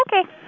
Okay